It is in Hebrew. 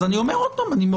זה